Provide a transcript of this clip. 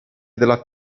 della